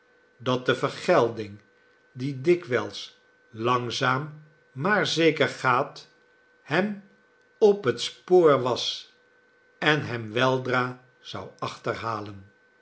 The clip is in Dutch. dat de vergelding die dikwijls langzaam maar zeker gaat hem op het spoor was en hem weldra zou achterhalen